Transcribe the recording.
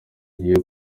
ngiye